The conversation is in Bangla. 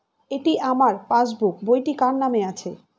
এটি আমার পাসবুক বইটি কার নামে আছে?